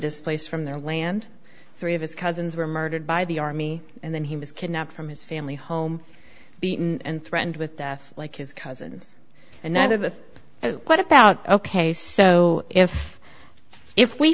displaced from their land three of his cousins were murdered by the army and then he was kidnapped from his family home beaten and threatened with death like his cousins and neither the what about ok so if if we